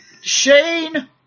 Shane